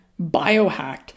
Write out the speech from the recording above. biohacked